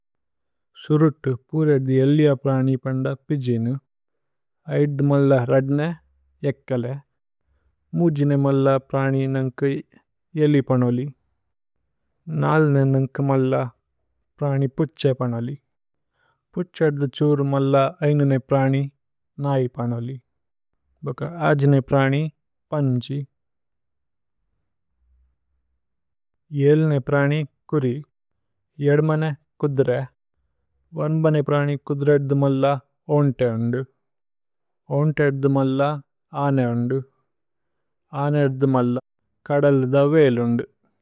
സുരുത് പുരേദ്ദി ഏല്ലിഅ പ്രനി പന്ദ പിജിനു ഐദ്ദ്। മല്ല രദ്നേ ഏക്കലേ മുജിനേ മല്ല പ്രനി നന്കി। ഏല്ലി പനോലി നല്നേ നന്കി മല്ല പ്രനി പുഛേ। പനോലി പുഛേ അദ്ദി ഛുര് മല്ല ഐനുനേ പ്രനി। നാഇ പനോലി ബക ആജ്നേ പ്രനി പന്ജി ഏലിനേ। പ്രനി കുരി ഏദ്മനേ കുദ്രേ വന്ബനേ പ്രനി കുദ്രേ। ഏദ്ദുമല്ല ഓന്തേ ഓന്ദു ഓന്തേ ഏദ്ദുമല്ല ആന്। ഓന്ദു ആനേ ഏദ്ദുമല്ല കദല് ദവേല് ഓന്ദു।